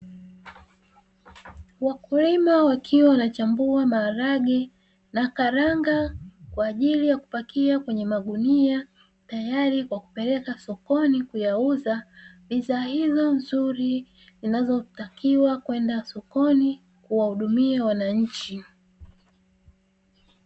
Wakulima wakiwa wanachambua maharage na karanga, kwa ajili ya kupakia kwenye magunia. Tayari kwa kupeleka sokoni kuyauza, bidhaa hizo nzuri zinazotakiwa kwenda sokoni kuwahudumia wananchi.